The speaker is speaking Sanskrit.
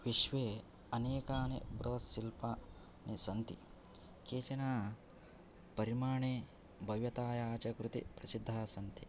विश्वे अनेकानि बृहत् शिल्पानि सन्ति केचन परिमाणे भव्यतायाः च कृते प्रसिद्धाः सन्ति